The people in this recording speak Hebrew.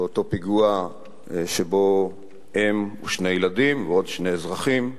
באותו פיגוע שבו אם ושני ילדים ועוד שני אזרחים נרצחו,